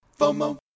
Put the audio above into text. FOMO